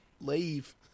leave